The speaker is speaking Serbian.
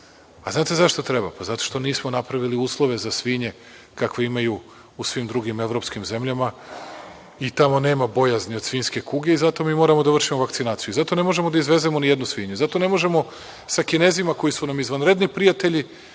A znate zašto treba? Pa zato što nismo napravili uslove za svinje kakve imaju u svim drugim evropskim zemljama i tamo nema bojazni od svinjske kuge i zato mi moramo da vršimo vakcinaciju. I zato ne možemo da izvezemo ni jednu svinju. Zato ne možemo sa Kinezima koji su nam izvanredni prijatelji,